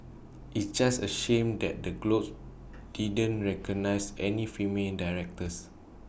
it's just A shame that the Globes didn't recognise any female directors